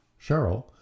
Cheryl